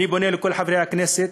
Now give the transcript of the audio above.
אני פונה לכל חברי הכנסת: